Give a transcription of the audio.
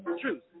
truth